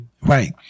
right